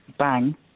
Bang